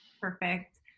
perfect